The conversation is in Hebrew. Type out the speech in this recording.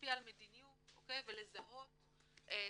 להשפיע על מדיניות ולזהות תופעות,